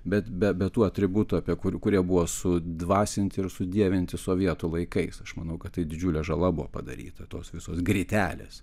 bet be tų atributų apie kur kurie buvo sudvasinti ir sudievinti sovietų laikais aš manau kad tai didžiulė žala buvo padaryta tos visos grytelės